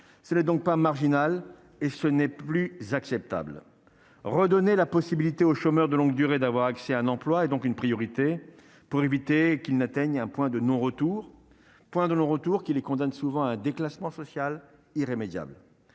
serait donc pas marginal et ce n'est plus acceptable, redonner la possibilité aux chômeurs de longue durée, d'avoir accès à un emploi et donc une priorité pour éviter qu'il n'atteigne un point de non-retour, point de longs retours qui les condamnent souvent un déclassement social irrémédiable